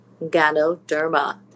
Ganoderma